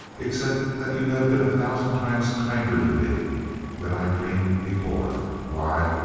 except that you have been a thousand times kinder to me than i dreamed before. why,